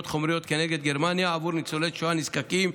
החומריות כנגד גרמניה בעבור ניצולי שואה נזקקים,